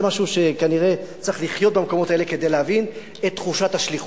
זה משהו שכנראה צריך לחיות במקומות האלה כדי להבין את תחושת השליחות,